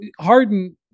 Harden